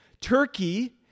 Turkey